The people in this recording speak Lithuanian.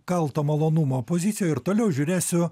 kalto malonumo pozicijoj ir toliau žiūrėsiu